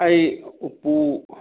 ꯑꯩ ꯎꯄꯨ